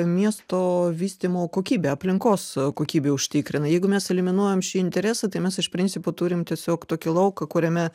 miesto vystymo kokybę aplinkos kokybę užtikrina jeigu mes eliminuojam šį interesą tai mes iš principo turim tiesiog tokį lauką kuriame